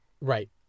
Right